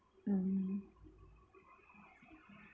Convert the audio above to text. mm